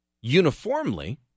uniformly